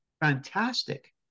fantastic